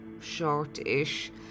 short-ish